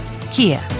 Kia